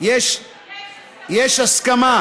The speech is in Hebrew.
יש הסכמה.